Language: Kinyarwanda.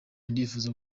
ndifuza